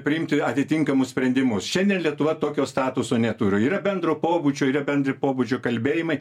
priimti atitinkamus sprendimus šiandien lietuva tokio statuso neturi yra bendro pobūdžio yra bendri pobūdžio kalbėjimai